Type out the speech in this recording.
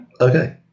Okay